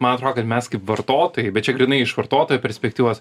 man atrodo kad mes kaip vartotojai bet čia grynai iš vartotojo perspektyvos